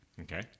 Okay